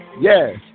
Yes